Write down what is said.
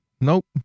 Nope